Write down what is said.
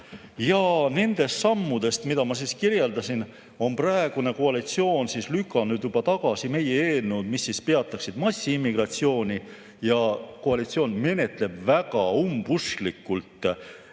Nendest sammudest, mida ma kirjeldasin, on praegune koalitsioon lükanud tagasi meie eelnõud, mis peataksid massiimmigratsiooni, ja koalitsioon menetleb väga umbusklikult